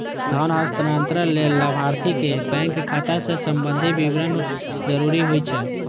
धन हस्तांतरण लेल लाभार्थीक बैंक खाता सं संबंधी विवरण जरूरी होइ छै